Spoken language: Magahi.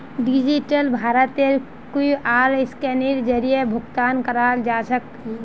डिजिटल भारतत क्यूआर स्कैनेर जरीए भुकतान कराल जाछेक